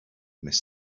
nes